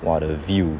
!wah! the view